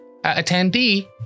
attendee